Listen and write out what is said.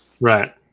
Right